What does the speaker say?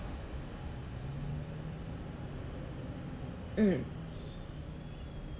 mm